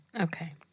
Okay